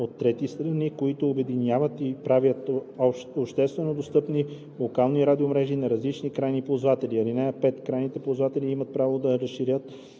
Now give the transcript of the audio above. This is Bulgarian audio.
на трети страни, които обединяват и правят обществено достъпни локални радиомрежи на различни крайни ползватели. (5) Крайните ползватели имат право да разрешават